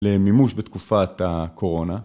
למימוש בתקופת הקורונה.